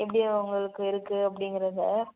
எப்படி உங்களுக்கு இருக்குது அப்படிங்கிறத